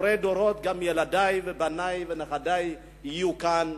לדורי דורות, לילדי, בני ונכדי, שיהיו כאן